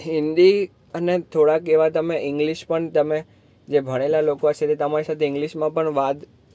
હિન્દી અને થોડાક એવા તમે ઇંગ્લિશ પણ તમે જે ભણેલા લોકો હશે તે લોકો તમારી સાથે ઇંગ્લિશમાં પણ વાત